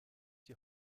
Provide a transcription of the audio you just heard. die